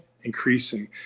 increasing